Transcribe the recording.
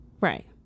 Right